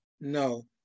no